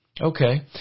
Okay